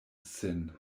sin